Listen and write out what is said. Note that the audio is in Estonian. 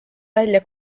välja